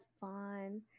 fun